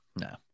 No